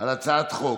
על הצעת חוק